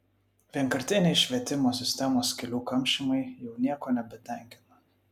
vienkartiniai švietimo sistemos skylių kamšymai jau nieko nebetenkina